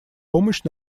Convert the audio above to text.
помощь